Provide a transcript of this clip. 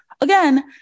Again